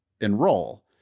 enroll